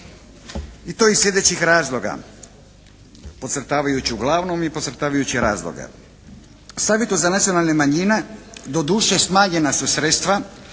i to iz sljedećih razloga, podcrtavajući uglavnom i podcrtavajući razloge. Savjet za nacionalne manjine doduše smanjena su sredstva